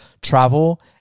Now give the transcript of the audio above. travel